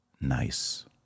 nice